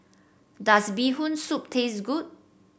does Bee Hoon Soup taste good